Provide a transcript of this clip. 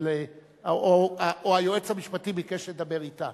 או היועץ המשפטי ביקש לדבר אתה.